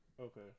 Okay